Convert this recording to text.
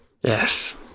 Yes